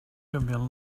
canviant